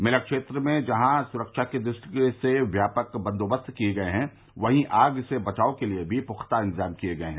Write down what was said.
मेला क्षेत्र में सुरक्षा की दृष्टि से व्यापक बंदोबस्त किये गये हैं वहीं आग से बचाव के लिए भी पुख्ता इंतजाम किए गये हैं